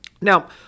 Now